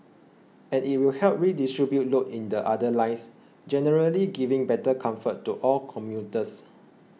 and it will help redistribute load in the other lines generally giving better comfort to all commuters